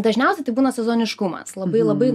dažniausiai tai būna sezoniškumas labai labai